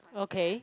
okay